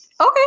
Okay